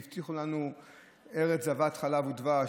הבטיחו לנו ארץ זבת חלב ודבש,